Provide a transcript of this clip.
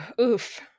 Oof